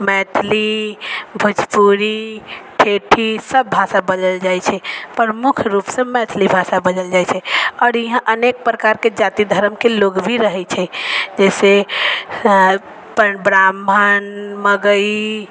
मैथिली भोजपुरी ठेठी सब भाषा बजल जाइ छै पर मुख्य रूपसँ मैथिली भाषा बजल जाइ छै आओर यहाँ अनेक प्रकारके जाति धरमके लोग भी रहै छै जइसे पर ब्राह्मण मगइ